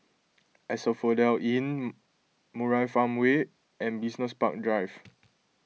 Asphodel Inn Murai Farmway and Business Park Drive